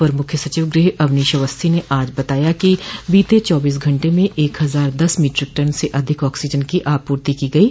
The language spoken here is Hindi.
अपर मुख्य सचिव गृह अवनीश अवस्थी ने आज बताया कि बीते चौबीस घंटे में एक हजार दस मीट्रिक टन से अधिक आक्सीजन की आपूर्ति की गयी